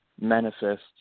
manifests